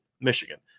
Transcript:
Michigan